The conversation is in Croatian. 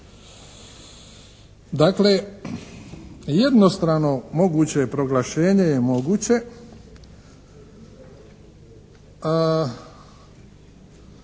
Dakle, jednostrano moguće proglašenje je moguće.